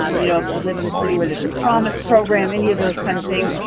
um you know, if you live in a city where there's a promise program, any of those kind of things,